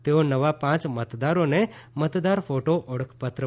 તેઓ નવા પાંચ મતદારોને મતદાર ફોટો ઓળખ પત્ર આપશે